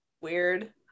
weird